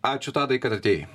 ačiū tadai kad atėjai